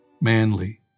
manly